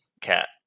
Cat